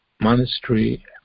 Monastery